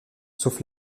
sauf